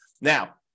now